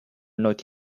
not